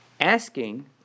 asking